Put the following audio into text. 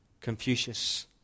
Confucius